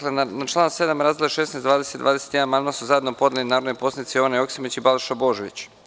Na član 7, razdela 16, 20 i 21 amandman su zajedno podneli narodni poslanici Jovana Joksimović i Balša Božović.